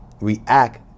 react